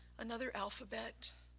another alphabet.